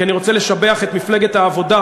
כי אני רוצה לשבח את מפלגת העבודה,